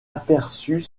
aperçut